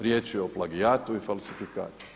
Riječ je o plagijatu i falsifikatu.